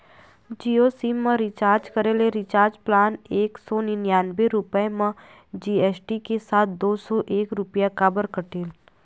Jio SIM मा recharge करे ले रिचार्ज प्लान एक सौ निन्यानबे रुपए मा जी.एस.टी के साथ दो सौ एक रुपया काबर कटेल?